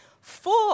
Four